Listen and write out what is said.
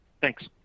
Thanks